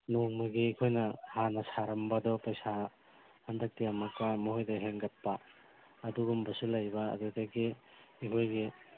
ꯅꯣꯡꯃꯒꯤ ꯑꯩꯈꯣꯏꯅ ꯍꯥꯟꯅ ꯁꯥꯔꯝꯕꯗꯣ ꯄꯩꯁꯥ ꯍꯟꯗꯛꯇꯤ ꯑꯃꯨꯛꯀ ꯃꯈꯣꯏꯗ ꯍꯦꯟꯒꯠꯄ ꯑꯗꯨꯒꯨꯝꯕꯁꯨ ꯂꯩꯕ ꯑꯗꯨꯗꯒꯤ ꯑꯩꯈꯣꯏꯒꯤ